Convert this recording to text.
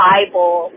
Bible